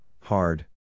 hard